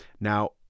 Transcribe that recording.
Now